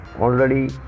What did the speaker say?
already